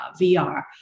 VR